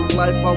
life